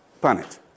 planet